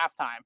halftime